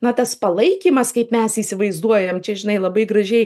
na tas palaikymas kaip mes įsivaizduojam čia žinai labai gražiai